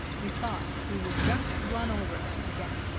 he thought he would just run over them again.